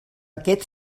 aquest